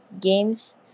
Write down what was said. games